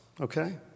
okay